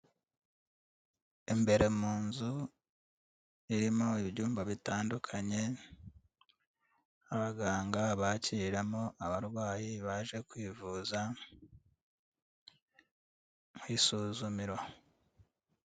Imbere mu nzu irimo ibyumba bitandukanye, abaganga bakiriramo abarwayi baje kwivuza, nk'isuzumiro.